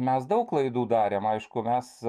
mes daug klaidų darėm aišku mes